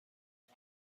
این